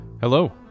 Hello